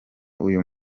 uyu